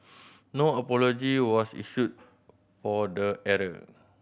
no apology was issued for the error